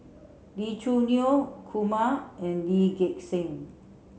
Lee Choo Neo Kumar and Lee Gek Seng